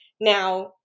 Now